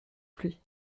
pluies